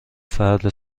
فرد